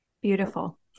Beautiful